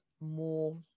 more